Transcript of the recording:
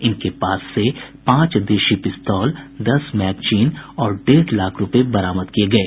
इनके पास से पांच देशी पिस्तौल दस मैंगजीन और डेढ़ लाख रूपये बरामद किये गये